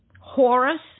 Horus